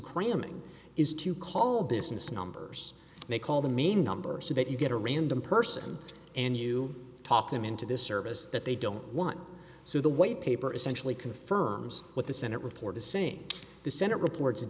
cramming is to call business numbers they call the main number so that you get a random person and you talk them into this service that they don't want so the white paper essentially confirms what the senate report the same the senate reports